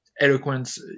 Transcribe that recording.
eloquence